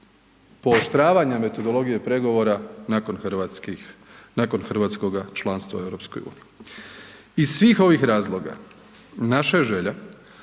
pooštravanja metodologije pregovora nakon hrvatskoga članstva u EU-u. Iz svih ovih razloga naša je želja